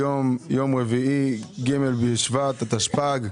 היום יום רביעי, ג' בשבט התשפ"ג,